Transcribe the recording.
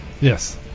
Yes